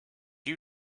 you